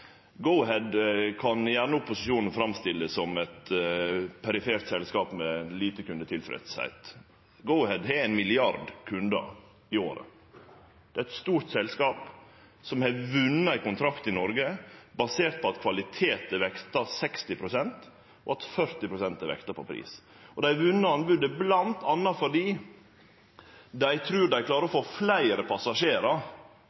kan gjerne framstille Go-Ahead som eit perifert selskap med lite tilfredse kundar. Go-Ahead har ein milliard kundar i året. Det er eit stort selskap som har vunne ein kontrakt i Noreg, basert på at kvalitet er vekta 60 pst., og at pris er vekta 40 pst. Dei har vunne anbodet, bl.a. fordi dei trur dei klarer å